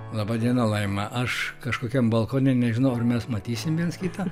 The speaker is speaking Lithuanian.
laba diena laima aš kažkokiam balkone nežinau ar mes matysim viens kitą